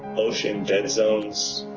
ocean dead zones,